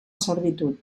servitud